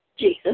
Jesus